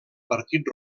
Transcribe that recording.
partit